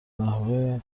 نحوی